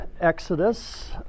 exodus